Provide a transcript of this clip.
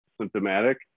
symptomatic